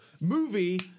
Movie